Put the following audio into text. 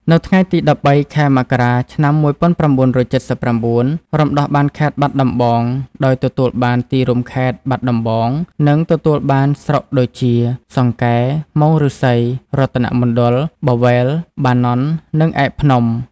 នៅថ្ងៃទី ១៣ ខែមករា ឆ្នាំ ១៩៧៩ រំដោះបានខេត្តបាត់ដំបង ដោយទទួលបានទីរួមខេត្ត បាត់ដំបង និងទទួលបានស្រុកដូចជា សង្កែ មោងឫស្សី រតនៈមណ្ឌល បរវេល បាណន់ និងឯកភ្នំ។